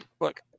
look